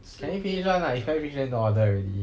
finish the order already